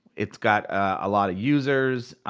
it's got a lot of users.